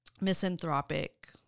misanthropic